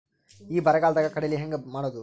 ಈ ಬರಗಾಲದಾಗ ಕಡಲಿ ಬೆಳಿ ಹೆಂಗ ಮಾಡೊದು?